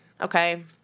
Okay